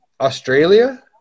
australia